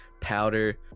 powder